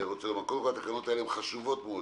קודם כל, התקנות האלה הן חשובות מאוד.